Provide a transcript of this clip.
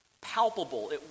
palpable